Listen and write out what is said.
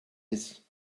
ist